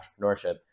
entrepreneurship